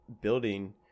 building